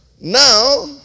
Now